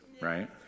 right